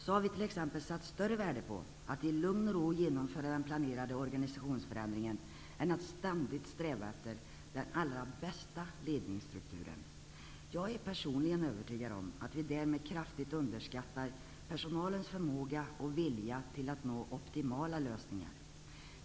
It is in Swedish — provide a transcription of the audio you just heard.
Vi har t.ex. satt större värde på att i lugn och ro genomföra den planerade organisationsförändringen än att ständigt sträva efter den bästa ledningsstrukturen. Jag är personligen övertygad om att vi därmed kraftigt underskattar personalens förmåga och vilja att nå optimala lösningar.